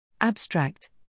Abstract